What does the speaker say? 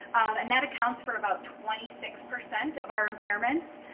and that accounts for about twenty six percent of our impairments.